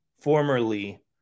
formerly